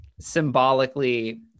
symbolically